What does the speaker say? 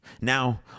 Now